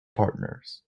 partners